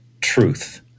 truth